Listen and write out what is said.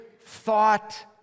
thought